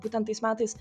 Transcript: būtent tais metais